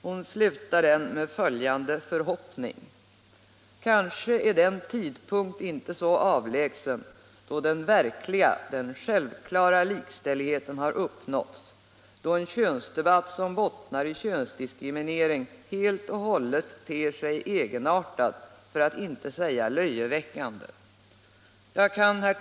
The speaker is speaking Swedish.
Hon slutade ett avsnitt med följande förhoppning: ”Kanske är den tidpunkt inte så avlägsen då den verkliga, självklara likställigheten har uppnåtts, då en könsdebatt, som bottnar i könsdiskriminering, helt och hållet ter sig egenartad för att inte säga löjeväckande.” Herr talman!